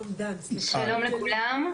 אתמול חתמנו עם רומניה על הסכם לשיתוף פעולה,